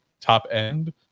top-end